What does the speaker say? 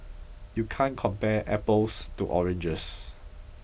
you can't compare apples to oranges